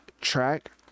track